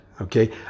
okay